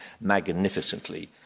magnificently